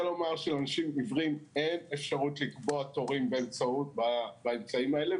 לומר שלאנשים עיוורים אין אפשרות לקבוע תורים באמצעים האלה,